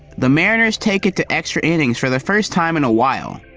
the mariners take it to extra innings for the first time in a while.